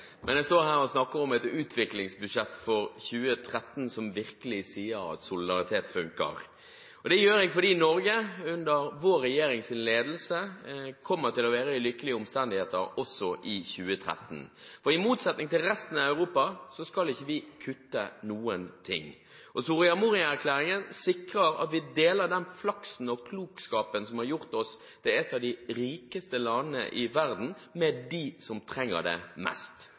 men jeg står her og snakker om et utviklingsbudsjett for 2013 som virkelig sier at solidaritet funker. Det gjør jeg fordi Norge under vår regjerings ledelse kommer til å være i lykkelige omstendigheter også i 2013, for i motsetning til resten av Europa skal ikke vi kutte noen ting. Soria Moria-erklæringen sikrer at vi deler den flaksen og klokskapen som har gjort oss til et av de rikeste landene i verden, med dem som trenger det mest.